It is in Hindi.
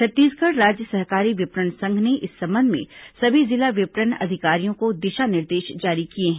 छत्तीसगढ़ राज्य सहकारी विपणन संघ ने इस संबंध में सभी जिला विपणन अधिकारियों को दिशा निर्देश जारी किए हैं